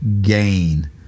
gain